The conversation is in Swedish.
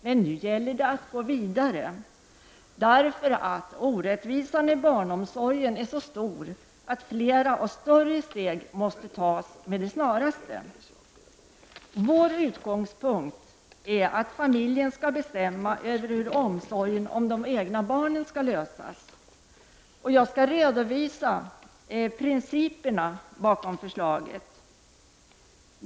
Men nu gäller det att gå vidare, därför att orättvisan i barnomsorgen är så stor att flera och större steg måste tas med det snaraste. Vår utgångspunkt är att familjen skall bestämma över hur omsorgen om de egna barnen skall ordnas. Jag skall redovisa principerna bakom förslaget.